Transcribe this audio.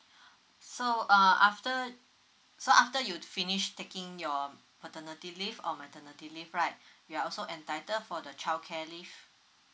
so uh after so after you finish taking your paternity leave or maternity leave right you're also entitled for the childcare leave